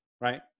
right